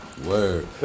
Word